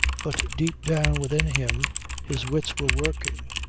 but deep down within him his wits were working,